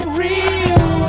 real